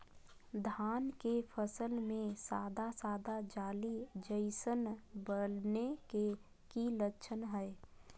धान के फसल में सादा सादा जाली जईसन बने के कि लक्षण हय?